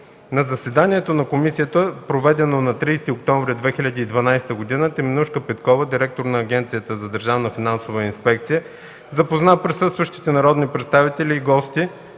На заседанието на комисията, проведено на 30 октомври 2012 г., Теменужка Петкова – директор на Агенцията за държавна финансова инспекция, запозна присъстващите народни представители и гости